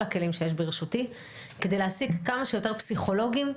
הכלים שיש ברשותי כדי להשיג כמה שיותר פסיכולוגים,